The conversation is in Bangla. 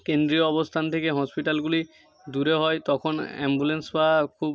কেন্দ্রীয় অবস্থান থেকে হসপিটালগুলি দূরে হয় তখন অ্যাম্বুলেন্স পাওয়া খুব